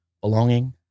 belonging